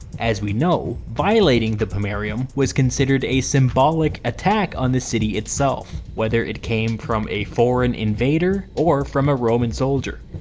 as we know, violating the pomerium was considered a symbolic attack on the city itself, whether it came from a foreign invader or from a roman soldier.